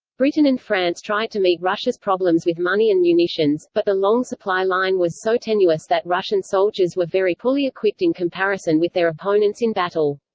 britain and france tried to meet russia's problems with money and munitions, but the long supply line was so tenuous that russian soldiers were very poorly equipped in comparison with their opponents in battle.